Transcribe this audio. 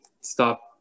stop